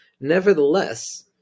Nevertheless